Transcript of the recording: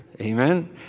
Amen